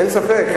אין ספק.